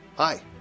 Hi